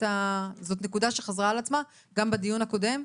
זאת נקודה שחזרה על עצמה גם בדיון הקודם,